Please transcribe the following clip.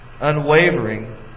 unwavering